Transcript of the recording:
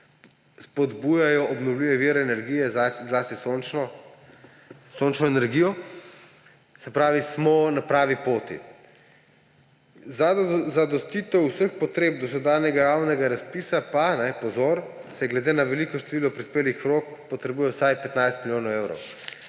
spodbujajo obnovljive vire energije, zlasti sončno energijo. Se pravi, smo na pravi poti. Za zadostitev vseh potreb dosedanjega javnega razpisa pa, pozor, se glede na veliko število prispelih vlog potrebuje vsaj 15 milijonov evrov.